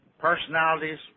personalities